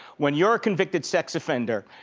when you're a convicted sex offender,